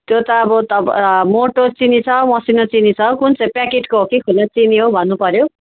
त्यो त अब तपाईँ मोटो चिनी छ मसिनो चिनी छ कुन चाहिँ प्याकेटको हो कि खुल्ला चिनी हो भन्नुपऱ्यो